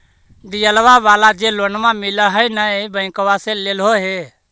डिजलवा वाला जे लोनवा मिल है नै बैंकवा से लेलहो हे?